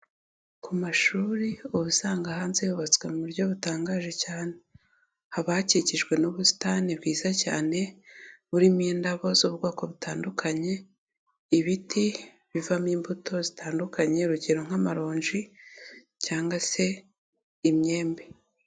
Ku mashuri ubu usanga hanze yubatswe mu buryo butangaje cyane, haba hakikijwe n'ubusitani bwiza cyane, burimo indabo z'ubwoko butandukanye, ibiti bivamo imbuto zitandukanye, urugero nk'amaronji cyangwa se imyembe.